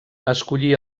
escollí